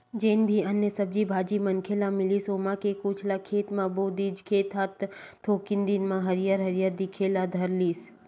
जेन भी अन्न, सब्जी भाजी मनखे ल मिलिस ओमा के कुछ ल खेत म बो दिस, खेत ह थोकिन दिन म हरियर हरियर दिखे ल धर लिस